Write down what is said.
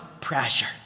pressure